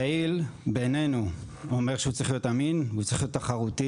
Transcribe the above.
יעיל בעיננו אומר שהוא צריך להיות אמין והוא צריך להיות תחרותי,